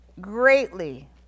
greatly